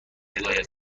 هدایت